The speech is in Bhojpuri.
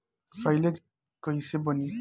साईलेज कईसे बनी?